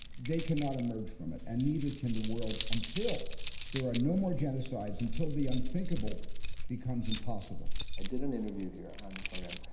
they cannot emerge from it. and neither can the world until there are no more genocides, until the unthinkable becomes impossible. i did an interview here on the program,